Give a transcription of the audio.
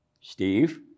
Steve